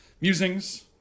musings